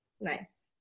Nice